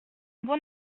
bon